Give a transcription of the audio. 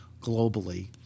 globally